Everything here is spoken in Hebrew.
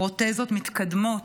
פרוטזות מתקדמות,